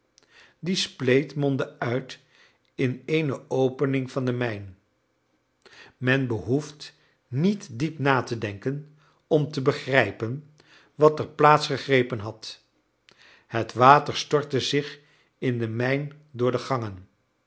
die spleet mondde uit in eene opening van de mijn men behoeft niet diep na te denken om te begrijpen wat er plaats gegrepen had het water stortte zich in de mijn door de gangen